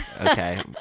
okay